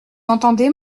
entendez